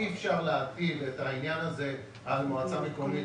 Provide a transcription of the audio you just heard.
אי אפשר להפיל את העניין הזה על מועצה מקומית